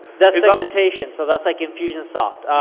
that's segmentation, so that's like infusionsoft.